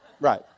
right